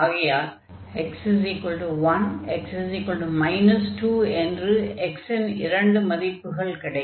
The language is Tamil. ஆகையால் x1 2 என்று x ன் இரண்டு மதிப்புகள் கிடைக்கும்